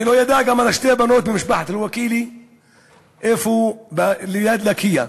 לא ידע גם על שתי הבנות ממשפחת אל-וקילי ליד לקיה,